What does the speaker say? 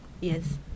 Yes